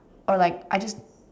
or like I just